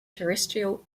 terrestrial